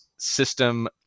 system